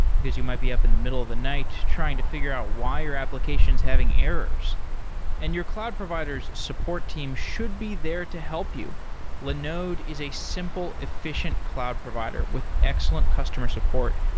because you might be up in the middle of the night trying to figure out why your application is having errors and your cloud provider s support team should be there to help you linode is a simple, efficient cloud provider with excellent customer support.